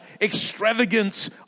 extravagance